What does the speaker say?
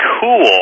cool